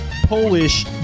Polish